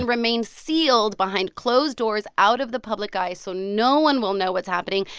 remain sealed behind closed doors, out of the public eye so no one will know what's happening.